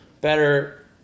better